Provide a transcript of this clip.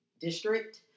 district